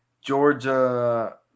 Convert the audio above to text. Georgia